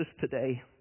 today